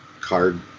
card